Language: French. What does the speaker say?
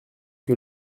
que